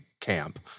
Camp